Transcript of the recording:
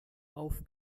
auf